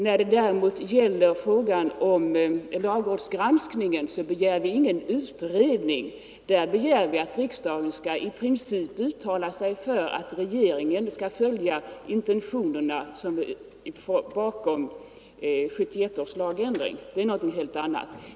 När det däremot gäller lagrådsgranskningen begär vi ingen utredning. På den punkten begär vi att riksdagen i princip skall uttala sig för att regeringen skall följa intentionerna bakom 1971 års lagändring. Det är någonting helt annat.